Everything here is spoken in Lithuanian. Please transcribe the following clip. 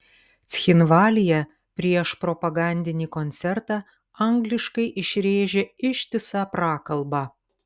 cchinvalyje prieš propagandinį koncertą angliškai išrėžė ištisą prakalbą